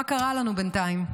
מה קרה לנו בינתיים?